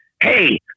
Hey